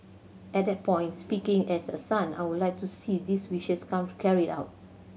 at that point speaking as a son I would like to see these wishes comes carried out